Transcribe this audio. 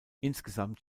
insgesamt